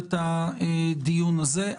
את הדיון הזה.